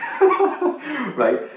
right